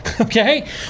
okay